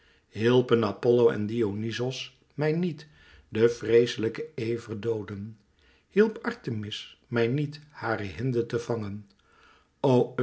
hielpen apollo en dionyzos mij niet den vreeslijken ever dooden hielp artemis mij niet hare hinde vangen